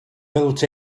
built